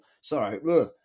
Sorry